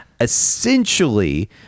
essentially